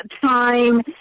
time